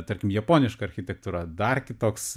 tarkim japoniška architektūra dar kitoks